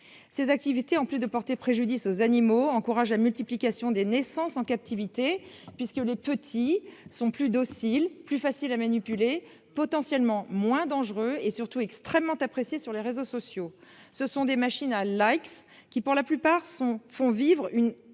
Ses activités en plus de porter préjudice aux animaux encourage à multiplication des naissances en captivité puisque le petit sont plus docile. Plus facile à manipuler, potentiellement moins dangereux et surtout extrêmement apprécié sur les réseaux sociaux. Ce sont des machines à l'AX qui pour la plupart sont font vivre une